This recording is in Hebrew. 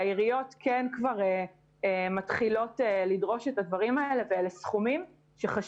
העיריות מתחילות שוב לדרוש את הסכומים וזה